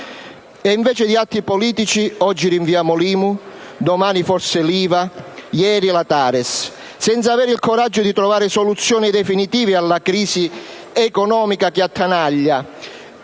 E invece gli atti politici? Oggi rinviamo l'IMU, domani forse l'IVA, ieri la TARES, senza avere il coraggio di trovare soluzioni definitive alla crisi economica che attanaglia,